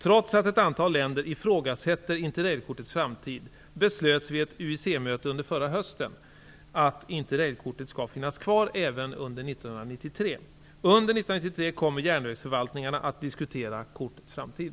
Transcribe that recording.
Trots att ett antal länder ifrågasätter Interrailkortets framtid beslöts vid ett UIC-möte under förra hösten att Under 1993 kommer järnvägsförvaltningarna att diskutera kortets framtid.